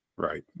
Right